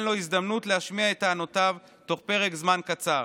לו הזדמנות להשמיע את טענותיו בתוך פרק זמן קצר.